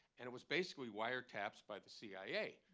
and it was basically wiretaps by the cia.